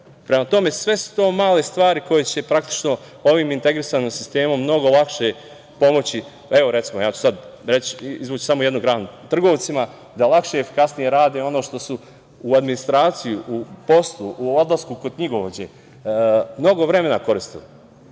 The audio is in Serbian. Prema tome, sve su to male stvari koje će praktično ovim integrisanim sistemom mnogo lakše pomoći, recimo, ja ću sada izvući samo jednu granu, trgovcima da lakše i efikasnije rade ono što su u administraciji, u poslu, u odlasku kod knjigovođe mnogo vremena koristili.